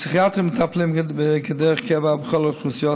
הפסיכיאטרים מטפלים דרך קבע בכל האוכלוסייה